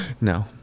No